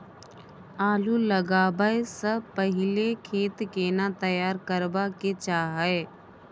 आलू लगाबै स पहिले खेत केना तैयार करबा के चाहय?